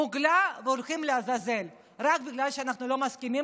מוגלה והולכים לעזאזל רק בגלל שאנחנו לא מסכימים